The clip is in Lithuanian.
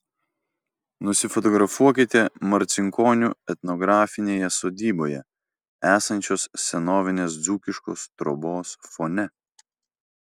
nusifotografuokite marcinkonių etnografinėje sodyboje esančios senovinės dzūkiškos trobos fone